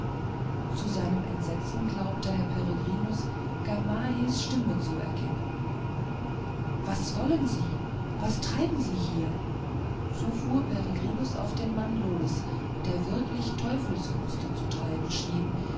zu seinem entsetzen glaubte herr peregrinus gamahehs stimme zu erkennen was wollen sie was treiben sie hier so fuhr peregrinus auf den mann los der wirklich teufelskünste zu treiben schien